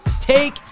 take